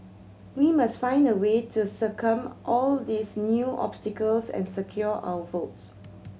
we must find a way to circumvent all these new obstacles and secure our votes